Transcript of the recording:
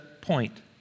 point